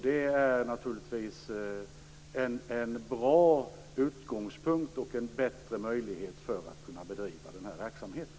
Det är naturligtvis en bra utgångspunkt och en bättre möjlighet för att bedriva den här verksamheten.